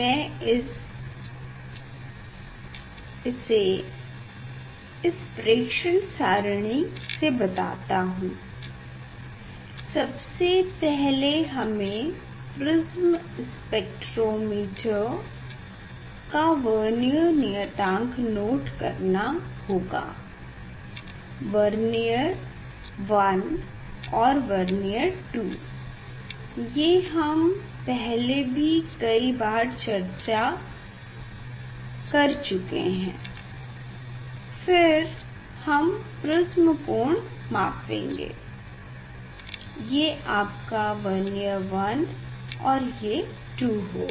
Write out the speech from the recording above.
मैं इसे इस प्रेक्षण सारिणी से बताता हूँ सबसे पहले हमें प्रिस्म स्पेक्टरोंमीटर का वर्नियर नियतांक नोट करना होगा वर्नियर 1 और वर्नियर 2 ये हम पहले भी कई बार चर्चा कि है फिर हम प्रिस्म कोण मापेंगे ये आपका वर्नियर 1 और ये 2 होगा